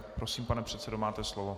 Prosím, pane předsedo, máte slovo.